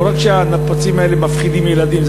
לא רק שהנפצים האלה מפחידים ילדים,